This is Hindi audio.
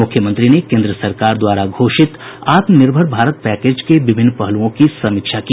मुख्यमंत्री ने केन्द्र सरकार द्वारा घोषित आत्मनिर्भर भारत पैकेज के विभिन्न पहलुओं की समीक्षा की